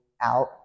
out